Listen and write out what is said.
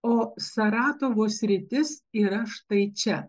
o saratovo sritis yra štai čia